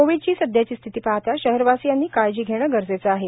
कोव्हिडची सदयाची स्थिती पाहता शहरवासीयांनी काळजी घेणे गरजेचे आहे